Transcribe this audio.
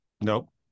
nope